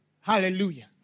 Hallelujah